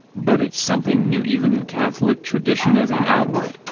but it's something new even in catholic tradition as an outward,